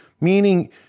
Meaning